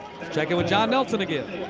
check in with john nelson again.